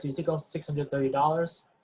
you stick on six hundred thirty dollars.